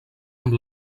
amb